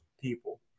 people